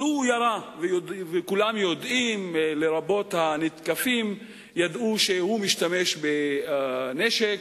כולם יודעים, לרבות המותקפים, שהוא משתמש בנשק.